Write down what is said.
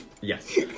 Yes